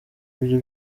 ibyo